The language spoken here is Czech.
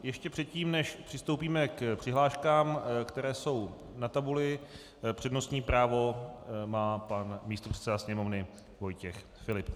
Ještě předtím, než přistoupíme k přihláškám, které jsou na tabuli, přednostní právo má pan místopředseda Sněmovny Vojtěch Filip.